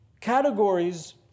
categories